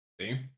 See